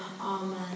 Amen